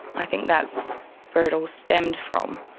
i think that's where it all stemmed from.